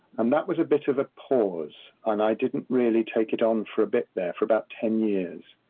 and that was a bit of a pause. and i didn't really take it on for a bit there, for about ten years.